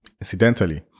Incidentally